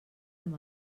amb